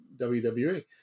WWE